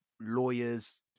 Lawyers